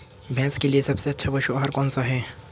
भैंस के लिए सबसे अच्छा पशु आहार कौनसा है?